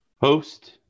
Host